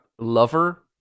Lover